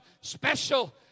special